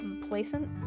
complacent